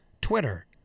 Twitter